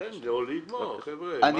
תן לו לגמור את דבריו.